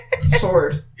Sword